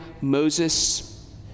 Moses